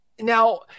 Now